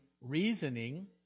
reasoning